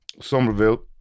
Somerville